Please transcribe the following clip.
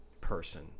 person